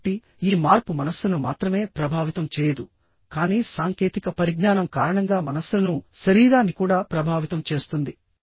కాబట్టి ఈ మార్పు మనస్సును మాత్రమే ప్రభావితం చేయదు కానీ సాంకేతిక పరిజ్ఞానం కారణంగా మనస్సునుశరీరాన్ని కూడా ప్రభావితం చేస్తుంది